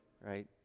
right